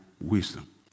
wisdom